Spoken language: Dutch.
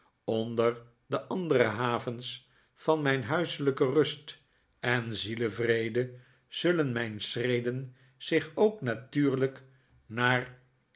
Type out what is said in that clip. onder de andere havens van huiselijke rust en zielevrede zullen mijn schreden zich ook natuurlijk naar